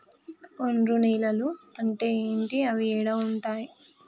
ఒండ్రు నేలలు అంటే ఏంటి? అవి ఏడ ఉంటాయి?